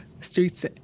streets